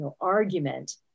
argument